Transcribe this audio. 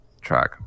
track